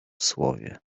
słowie